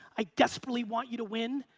i desperately want you to win,